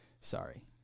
sorry